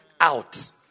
out